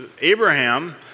Abraham